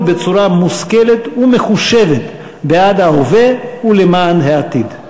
בצורה מושכלת ומחושבת בעד ההווה ולמען העתיד.